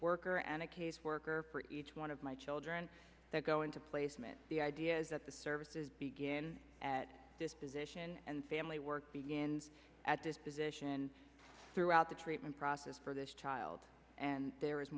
family and a caseworker for each one of my children that go into placement the idea is that the services begin at this position and family work begins at this position throughout the treatment process for this child and there